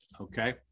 Okay